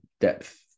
depth